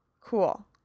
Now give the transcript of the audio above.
cool